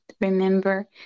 remember